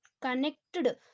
connected